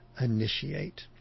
initiate